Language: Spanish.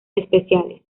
especiales